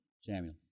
Samuel